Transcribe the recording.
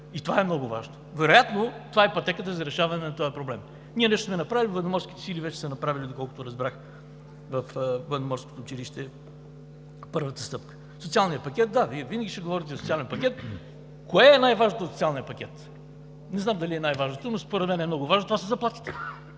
И това е много важно. Вероятно това е пътеката за решаване на този проблем. Ние нещо сме направили, Военноморските сили са направили, доколкото разбрах, във военноморското училище – първата стъпка. Социалният пакет – да, Вие винаги ще говорите за социален пакет. Кое е най-важното от социалния пакет? Не знам дали е най-важното, но според мен е много важно – това са заплатите.